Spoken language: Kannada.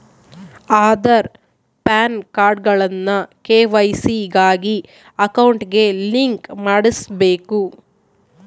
ಆದಾರ್, ಪಾನ್ಕಾರ್ಡ್ಗುಳ್ನ ಕೆ.ವೈ.ಸಿ ಗಾಗಿ ಅಕೌಂಟ್ಗೆ ಲಿಂಕ್ ಮಾಡುಸ್ಬಕು